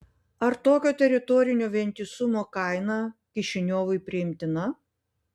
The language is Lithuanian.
ar tokia teritorinio vientisumo kaina kišiniovui priimtina